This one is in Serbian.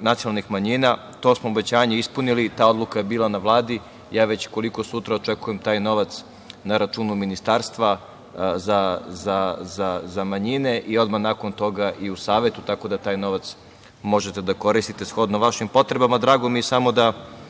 nacionalnih manjina. To smo obećanje ispunili, ta odluka je bila na Vladi, ja već koliko sutra očekujem taj novac na računu Ministarstva za manjine i odmah nakon toga i u savetu, tako da taj novac možete da koristite shodno vašim potrebama. Drago mi je samo da